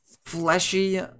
fleshy